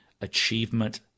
achievement